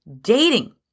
dating